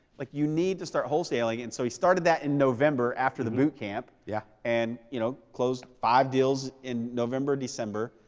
like you need to start wholesaling. and so he started that in november after the bootcamp. yeah. and you know closed five deals in november, december,